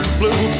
blue